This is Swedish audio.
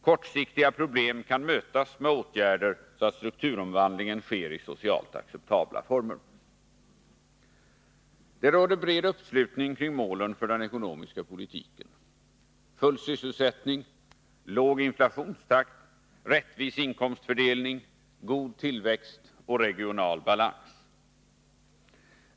Kortsiktiga problem kan mötas med åtgärder, så att strukturomvandlingen sker i socialt acceptabla former. Det råder bred uppslutning kring målen för den ekonomiska politiken: full sysselsättning, låg inflationstakt, rättvis inkomstfördelning, god tillväxt och regional balans.